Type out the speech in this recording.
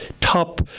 top